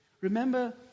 Remember